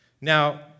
Now